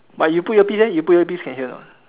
but you put earpiece leh you put earpiece can hear or not